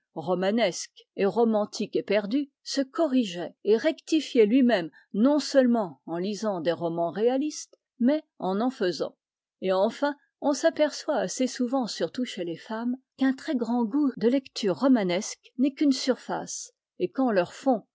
romanesque et romantique éperdument se corrigeait et rectifiait lui-même non seulement en lisant des romans réalistes mais en en faisant et enfin on s'aperçoit assez souvent surtout chez les femmes qu'un très grand goût de lectures romanesques n'est qu'une surface et qu'en leur fond